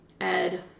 Ed